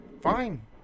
fine